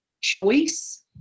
choice